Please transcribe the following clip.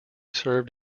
served